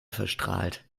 verstrahlt